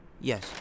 Yes